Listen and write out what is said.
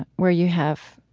where you have,